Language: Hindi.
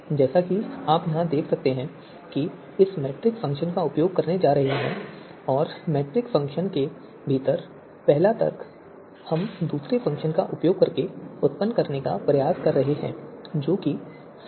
जैसा कि आप यहां देख सकते हैं हम इस मैट्रिक्स फ़ंक्शन का उपयोग करने जा रहे हैं और मैट्रिक्स फ़ंक्शन के भीतर पहला तर्क हम दूसरे फ़ंक्शन का उपयोग करके उत्पन्न करने का प्रयास कर रहे हैं जो कि सी है